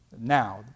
Now